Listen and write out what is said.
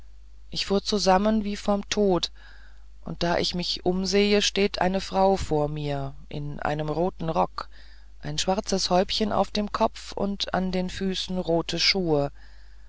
ich fuhr zusammen wie vorm tod und da ich mich umsehe steht eine frau vor mir in einem roten rock ein schwarzes häubchen auf dem kopf und an den füßen rote schuhe